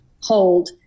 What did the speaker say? hold